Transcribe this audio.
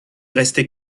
restait